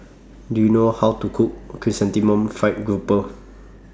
Do YOU know How to Cook Chrysanthemum Fried Grouper